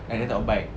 and then got bike